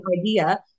idea